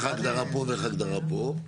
איך ההגדרה פה ואיך ההגדרה פה?